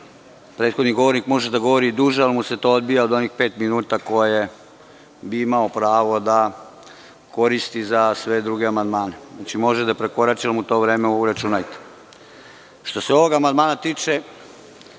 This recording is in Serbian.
prethodni govornik može da govori duže, ali mu se to odbija od onih pet minuta koje ima pravo da koristi za sve druge amandmane. Znači, može da prekorači, ali mu to vreme uračunajte. Što se ovog amandmana tiče,